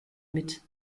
mit